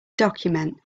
document